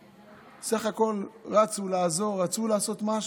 בסך הכול רצו לעזור, רצו לעשות משהו,